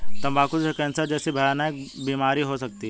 तंबाकू से कैंसर जैसी भयानक बीमारियां हो सकती है